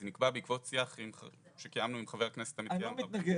זה נקבע בעקבות שיח שקיימנו עם חבר הכנסת --- אני לא מתנגד,